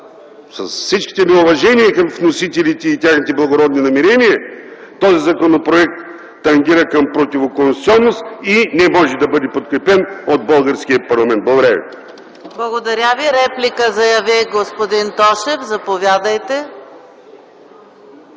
с всичките ми уважения към вносителите и техните благородни намерения, този законопроект тангира към противоконституционност и не може да бъде подкрепен от българския парламент. Благодаря ви. (Ръкопляскания от